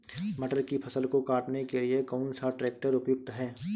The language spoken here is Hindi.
मटर की फसल को काटने के लिए कौन सा ट्रैक्टर उपयुक्त है?